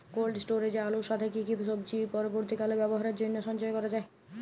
Cold স্টোরেজে আলুর সাথে কি কি সবজি পরবর্তীকালে ব্যবহারের জন্য সঞ্চয় করা যায়?